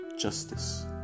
justice